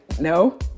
No